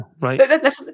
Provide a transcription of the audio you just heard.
right